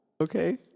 Okay